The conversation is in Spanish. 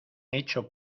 hecho